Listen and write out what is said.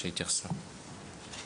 אז שיתייחסו.